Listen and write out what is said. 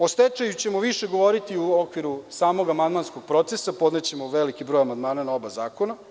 O stečaju ćemo više govoriti u okviru samog amandmanskog procesa, podnećemo veliki broj amandmana na oba zakona.